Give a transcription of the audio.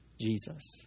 Jesus